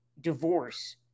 divorce